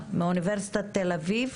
מאוניברסיטת תל-אביב,